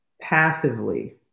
passively